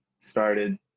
Started